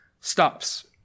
stops